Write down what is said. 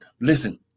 listen